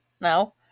No